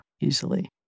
easily